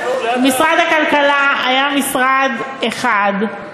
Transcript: משרד הכלכלה היה משרד אחד,